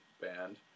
band